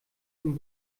dem